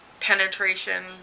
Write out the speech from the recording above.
Penetration